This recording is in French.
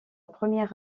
première